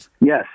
Yes